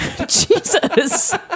Jesus